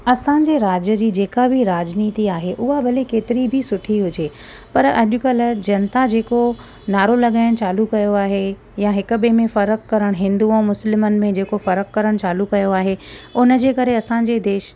असांजे राज्य जी जेका बि राजनीति आहे उहा भले केतरी बि सुठी हुजे पर अॼुकल्ह जनता जेको नारो लॻाइणु चालू कयो आहे या हिक ॿिए में फर्क़ु करणु या हिंदु ऐं मुस्लिमनि में जेको फर्क़ु करणु चालू कयो आहे उन जे करे असांजे देश